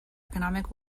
economic